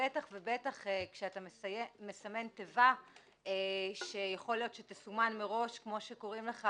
ובטח ובטח כשאתה מסמן תיבה שיכול להיות שתסומן מראש כמו שקורה לך,